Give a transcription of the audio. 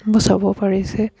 বচাব পাৰিছে